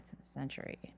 century